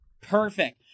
Perfect